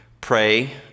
pray